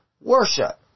worship